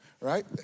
right